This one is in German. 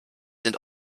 sind